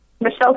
Michelle